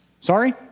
Sorry